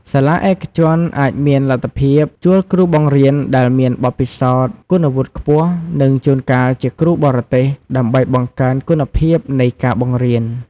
សាលាឯកជនអាចមានលទ្ធភាពជួលគ្រូបង្រៀនដែលមានបទពិសោធន៍ គុណវុឌ្ឍិខ្ពស់ និងជួនកាលជាគ្រូបរទេស ដើម្បីបង្កើនគុណភាពនៃការបង្រៀន។